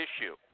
issue